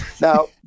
now